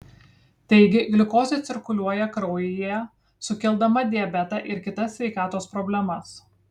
taigi gliukozė cirkuliuoja kraujyje sukeldama diabetą ir kitas sveikatos problemas